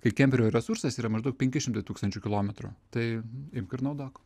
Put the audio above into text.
kai kemperio resursas yra maždaug penki šimtai tūkstančių kilometrų tai imk ir naudok